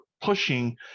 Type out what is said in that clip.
pushing